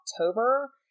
October